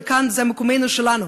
וכאן זה מקומנו שלנו,